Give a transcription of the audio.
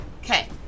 Okay